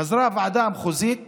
חזרה הוועדה המחוזית